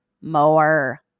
more